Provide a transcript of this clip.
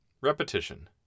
Repetition